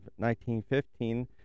1915